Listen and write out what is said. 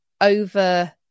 over